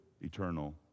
eternal